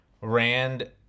Rand